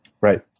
Right